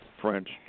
French